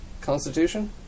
Constitution